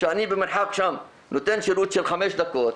שאני במרחק שם נותן שירות של חמש דקות,